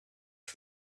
for